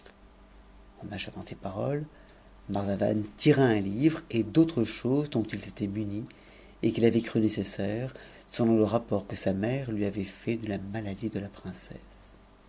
en achevant ces paroles marzavan tira un livre et d'autres choses dont il s'était muni et qu'ii avait crues nécessaires selon le rapport quc mère lui avait fait de la maladie de la princesse